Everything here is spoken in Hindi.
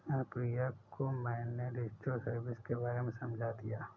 अनुप्रिया को मैंने डिजिटल सर्विस के बारे में समझा दिया है